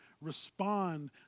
respond